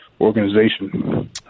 organization